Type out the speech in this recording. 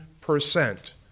percent